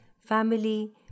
family